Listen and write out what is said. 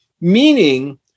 meaning